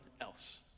else